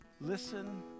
listen